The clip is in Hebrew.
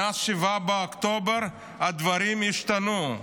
מאז 7 באוקטובר הדברים השתנו.